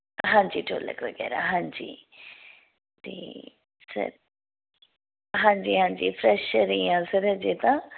ਹਾਂਜੀ ਢੋਲਕ ਵਗੈਰਾ ਹਾਂਜੀ ਅਤੇ ਸਰ ਹਾਂਜੀ ਹਾਂਜੀ ਸਰ ਫਰੈਸ਼ਰ ਹੀ ਹਾਂ ਹਜੇ ਤਾਂ